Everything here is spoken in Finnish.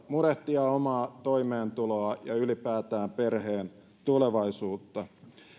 murehtia omaa toimeentuloaan ja ylipäätään perheen tulevaisuutta